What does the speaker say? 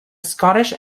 scottish